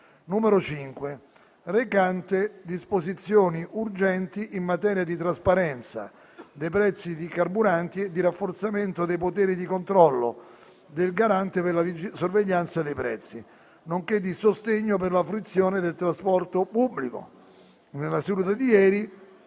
5, recante disposizioni urgenti in materia di trasparenza dei prezzi dei carburanti e di rafforzamento dei poteri di controllo del Garante per la sorveglianza dei prezzi, nonché di sostegno per la fruizione del trasporto pubblico, è convertito in